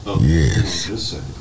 Yes